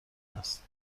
است